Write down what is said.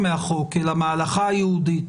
ופה אני מבקש את זה גם מהבט"פ.